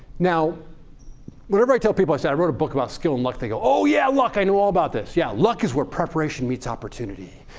now whenever i tell people i so i wrote a book about skill and luck they go, oh, yeah luck. i know all about this. yeah, luck is where preparation meets opportunity.